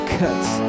cuts